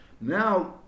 Now